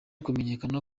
kumenyekana